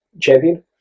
champion